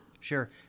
Sure